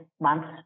month's